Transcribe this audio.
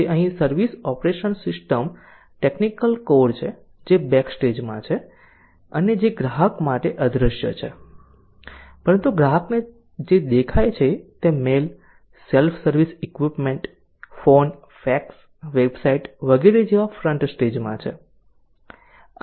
તેથી અહીં service operation system technical core છે જે બેકસ્ટેજમાં છે અને જે ગ્રાહક માટે અદ્રશ્ય છે પરંતુ ગ્રાહકને જે દેખાય છે તે mail self service equipment phone fax website વગેરે જેવા ફ્રન્ટ સ્ટેજ છે